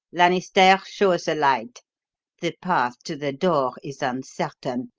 lanisterre, show us a light the path to the door is uncertain,